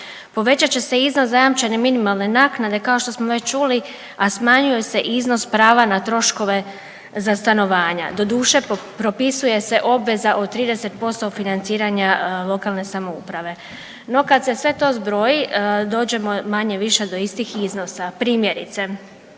Povećat će se iznos zajamčene minimalne naknade kao što smo već čuli, a smanjuje se iznos prava na troškove za stanovanja. Doduše propisuje se obveza od 30% financiranja lokalne samouprave. No, kad se sve to zbroji dođemo manje-više do istih iznosa. Primjerice,